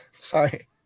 Sorry